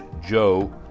Joe